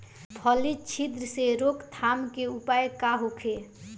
फली छिद्र से रोकथाम के उपाय का होखे?